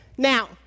Now